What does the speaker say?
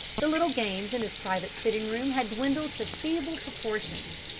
the little games in his private sitting-room had dwindled to feeble proportions.